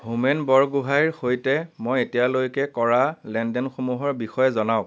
হোমেন বৰগোহাঞিৰ সৈতে মই এতিয়ালৈকে কৰা লেনদেনসমূহৰ বিষয়ে জনাওঁক